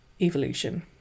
evolution